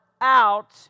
out